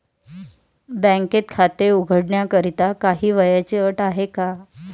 बँकेत खाते उघडण्याकरिता काही वयाची अट आहे का?